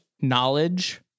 knowledge